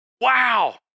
Wow